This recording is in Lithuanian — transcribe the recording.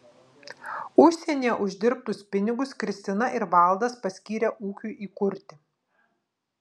užsienyje uždirbtus pinigus kristina ir valdas paskyrė ūkiui įkurti